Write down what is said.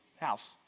house